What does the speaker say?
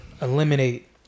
eliminate